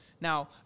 Now